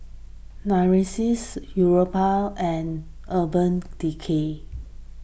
Narcissus Europace and Urban Decay